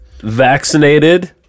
vaccinated